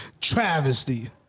Travesty